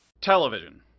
Television